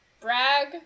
brag